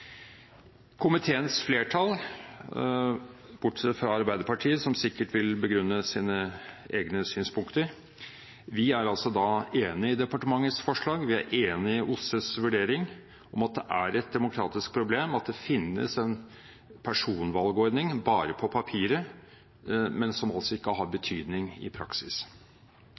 Komiteens flertall – bortsett fra Arbeiderpartiet, som sikkert vil begrunne sine egne synspunkter – er enig i departementets forslag og OSSEs vurdering av at det er et demokratisk problem at det finnes en personvalgordning på papiret som ikke har betydning i praksis.